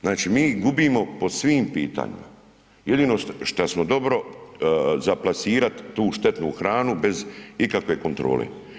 Znači mi gubimo po svim pitanjima, jedno što smo dobro za plasirat tu štetnu hranu bez ikakve kontrole.